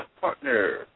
partner